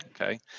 Okay